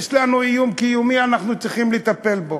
יש עלינו איום קיומי, אנחנו צריכים לטפל בו.